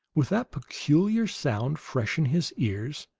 with that peculiar sound fresh in his ears,